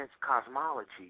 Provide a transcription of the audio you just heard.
cosmology